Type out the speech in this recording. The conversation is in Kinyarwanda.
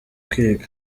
kwiga